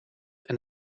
and